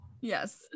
yes